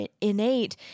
innate